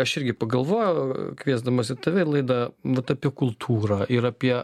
aš irgi pagalvojau kviesdamas ir tave į laidą vat apie kultūrą ir apie